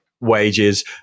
wages